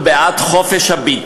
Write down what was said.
חבר הכנסת אוחיון.